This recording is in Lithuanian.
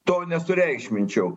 to nesureikšminčiau